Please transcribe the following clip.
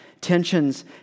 Tensions